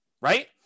right